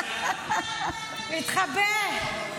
מתחבא.